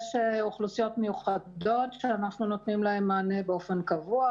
יש אוכלוסיות מיוחדות שאנחנו נותנים להם מענה באופן קבוע,